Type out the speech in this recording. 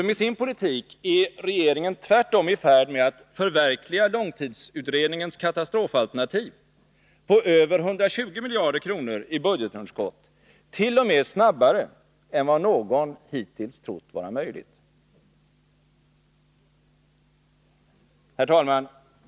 Med sin politik är regeringen tvärtom i färd med att förverkliga långtidsutredningens katastrofalternativ på över 120 miljarder kronor i budgetunderskott t.o.m. snabbare än vad någon hittills trott vara möjligt. Herr talman!